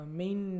main